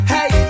Hey